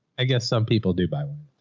i guess some people do by one.